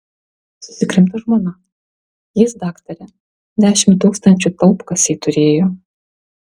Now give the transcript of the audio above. susikrimto žmona jis daktare dešimt tūkstančių taupkasėj turėjo